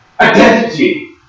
identity